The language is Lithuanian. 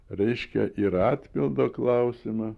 reiškia ir atpildo klausimą